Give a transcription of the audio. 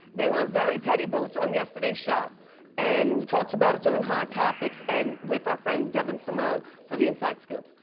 they wore very petty boots on yesterday's show and we talked about it during hot topics and with our friend devyn simone for the inside scoop.